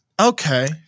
Okay